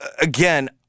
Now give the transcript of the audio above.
Again